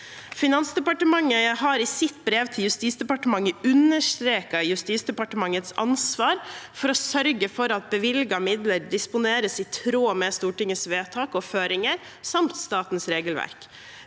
Finansdepartementet har i sitt brev til Justisdepartementet understreket Justisdepartementets ansvar for å sørge for at bevilgede midler disponeres i tråd med Stortingets vedtak og føringer samt statens regelverk.